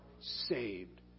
saved